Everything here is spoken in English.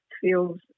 feels